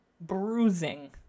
bruising